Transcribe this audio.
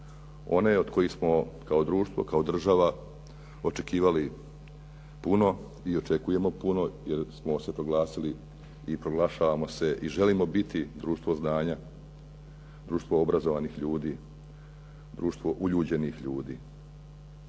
one od kojih smo kao društvo, kao država očekivali puno i očekujemo puno, jer smo se proglasili i proglašavamo se i želimo biti društvo znanja, društvo obrazovanih ljudi, društvo uljuđenih ljudi.